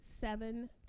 seven